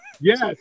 Yes